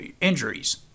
injuries